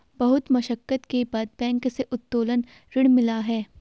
बहुत मशक्कत के बाद बैंक से उत्तोलन ऋण मिला है